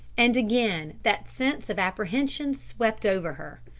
and again that sense of apprehension swept over her.